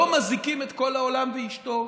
לא מזעיקים את כל העולם ואשתו.